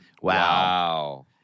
Wow